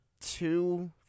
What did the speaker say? two